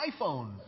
iPhone